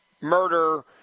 murder